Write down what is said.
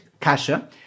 kasha